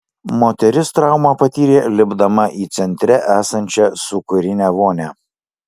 moteris traumą patyrė lipdama į centre esančią sūkurinę vonią